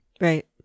Right